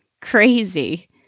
crazy